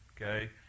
okay